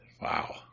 wow